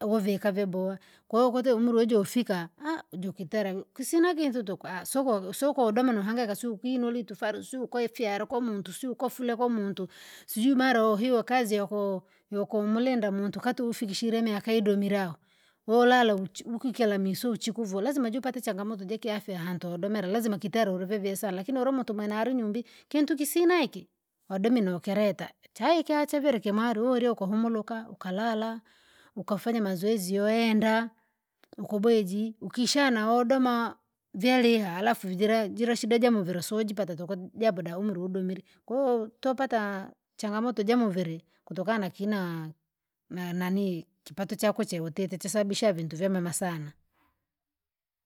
wavika vyabowa kwahiyo kuti umri ujofika jukitera wi kusina kintu tuku soko soko udoma nuhangaika su kuinuli tufari sukuafia ali kumuntu syuku ukafure kwamuntu, sijui mara uhiwe kazi yoko yoko mulinda muntu kati ufikishire miaka idomirao, wolala uchi ukikera misu uchikuvu lazima jupate changamoto chakiafya hanto domera laziama kitara ulivyavia sana lakini uruma tuma nalinyumbi kintu kisina iki. Wadomi nukele nukileta chaika chavile kimwari ulio ukahumuruka, ukalala, ukafanya mazoezi yoenda, ukubweji, ukishana wodoma, vyaliha harafu jira jira shida jamuviri usujipata tuku japo daumuru udumire, koo twapata, changamoto jamuviri, kutokana na kina, na- nanii kipato chako cheutite chasababisha vintu vyamema sana.